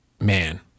man